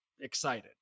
excited